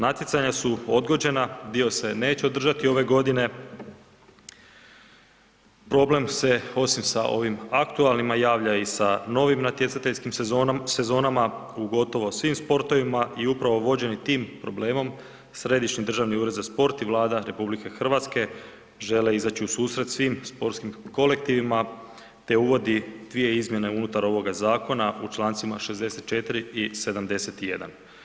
Natjecanja su odgođena, dio se neće održati ove godine, problem se osim sa ovim aktualnima javlja i sa novim natjecateljskim sezonama u gotovo svim sportovima i upravo vođeni tim problemom Središnji državni ured za sport i Vlada RH žele izaći u susret svim sportskim kolektivima te uvodi dvije izmjene unutar ovoga zakona u člancima 64. i 71.